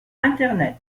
internet